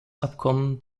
abkommen